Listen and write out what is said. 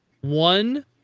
one